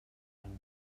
any